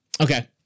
Okay